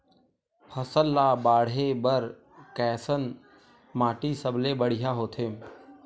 फसल ला बाढ़े बर कैसन माटी सबले बढ़िया होथे?